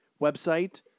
website